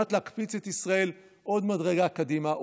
מנת להקפיץ את ישראל עוד מדרגה קדימה?